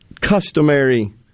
customary